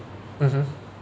mmhmm